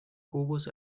cubos